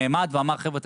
נעמד והוא אמר: חבר'ה,